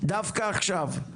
דווקא עכשיו.